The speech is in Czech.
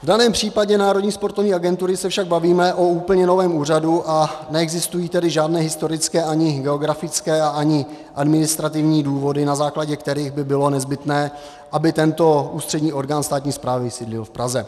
V daném případě Národní sportovní agentury se však bavíme o úplně novém úřadu, a neexistují tedy žádné historické, ani geografické a ani administrativní důvody, na základě kterých by bylo nezbytné, aby tento ústřední orgán státní správy sídlil v Praze.